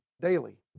daily